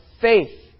faith